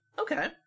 Okay